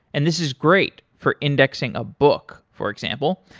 and this is great for indexing a book, for example.